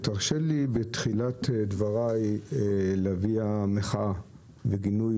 תרשה לי בתחילת דבריי להביע מחאה וגינוי